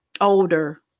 older